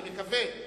אני מקווה,